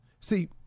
See